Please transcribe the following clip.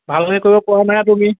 ভালকৈ কৰিব পৰা নাই তুমি